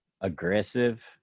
aggressive